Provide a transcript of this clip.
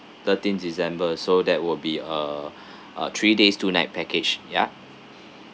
thirteen december so that will be uh uh three days two night package ya